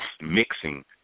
mixing